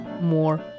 more